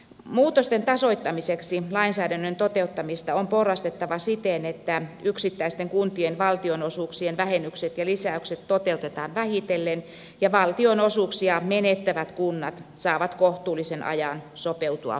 muutosten tasoittamiseksi lainsäädännön toteuttamista on porrastettava siten että yksittäisten kuntien valtionosuuksien vähennykset ja lisäykset toteutetaan vähitellen ja valtionosuuksia menettävät kunnat saavat kohtuullisen ajan sopeutua tähän muutokseen